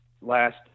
last